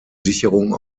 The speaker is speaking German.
sicherung